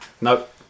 Nope